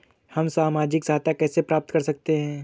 हम सामाजिक सहायता कैसे प्राप्त कर सकते हैं?